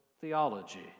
theology